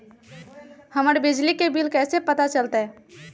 हमर बिजली के बिल कैसे पता चलतै?